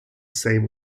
same